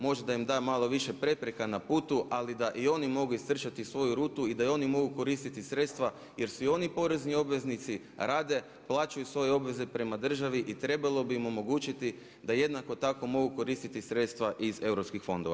Možda im da malo više prepreka na putu, ali da i oni mogu istrčati svoju rutu i da oni mogu koristiti sredstva jer su i oni porezni obveznici, rade, plaćaju svoje obveze prema državi i trebalo bi im omogućiti da jednako tako mogu koristiti sredstva iz EU fondova.